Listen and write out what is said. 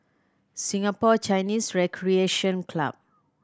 Singapore Chinese Recreation Club